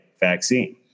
Vaccine